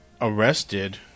arrested